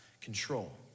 control